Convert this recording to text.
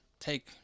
take